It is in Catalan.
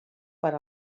per